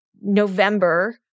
November